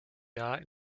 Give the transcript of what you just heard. jahr